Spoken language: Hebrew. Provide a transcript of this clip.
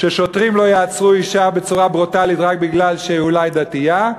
ששוטרים לא יעצרו אישה בצורה ברוטלית רק כי היא אולי דתייה,